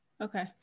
Okay